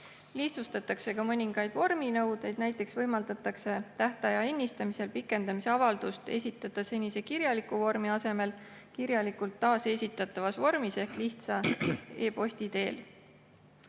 Lihtsustatakse ka mõningaid vorminõudeid, näiteks võimaldatakse tähtaja ennistamise või pikendamise avaldust esitada senise kirjaliku vormi asemel kirjalikult taasesitatavas vormis ehk lihtsa e-posti teel.